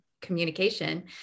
communication